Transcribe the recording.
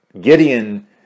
Gideon